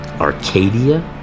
Arcadia